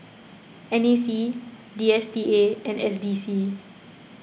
N A C D S T A and S D C